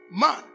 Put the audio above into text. man